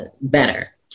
better